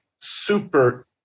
super